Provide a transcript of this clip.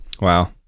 wow